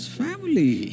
family